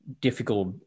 difficult